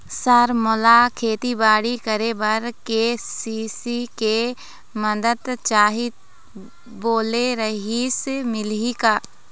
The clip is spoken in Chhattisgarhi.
सर मोला खेतीबाड़ी करेबर के.सी.सी के मंदत चाही बोले रीहिस मिलही का?